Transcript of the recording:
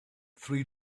three